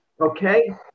Okay